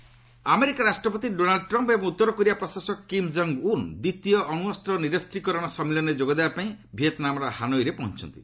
Trump Kim America ରାଷ୍ଟ୍ରପତି Donald Trump ଏବଂ ଉତ୍ତର କୋରିଆ ପ୍ରଶାସକ କିମ୍ ଜଙ୍ଗ୍ ଉନ୍ ଦ୍ୱିତୀୟ ଅଣୁଅସ୍ତ ନିରସୀକରଣ ସମ୍ମିଳନୀରେ ଯୋଗ ଦେବା ପାଇଁ ଭିଏତ୍ନାମର ହାନୋଇରେ ପହଞ୍ଚିଛନ୍ତି